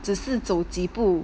只是走几步